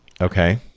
Okay